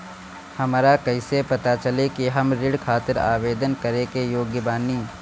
हमरा कईसे पता चली कि हम ऋण खातिर आवेदन करे के योग्य बानी?